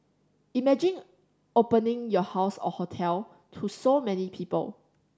imagine opening your house or hotel to so many people